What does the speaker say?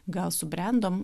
gal subrendom